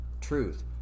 truth